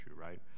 right